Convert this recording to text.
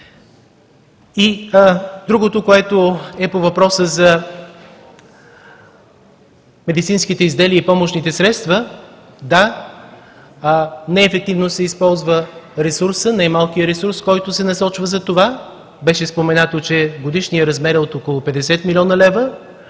Другото, което е по въпроса за медицинските изделия и помощните средства – да, неефективно се използва ресурсът, немалкият ресурс, който се насочва. Беше споменато, че годишният размер е от около 50 милиона лева.